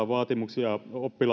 vaatimuksia